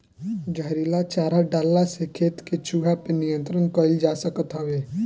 जहरीला चारा डलला से खेत के चूहा पे नियंत्रण कईल जा सकत हवे